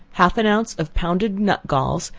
half an ounce of pounded nut-galls,